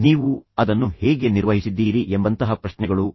ನೀವು ಅದನ್ನು ಹೇಗೆ ನಿರ್ವಹಿಸಿದ್ದೀರಿ ಎಂಬಂತಹ ಪ್ರಶ್ನೆಗಳು ಅದ್ಭುತ